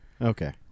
Okay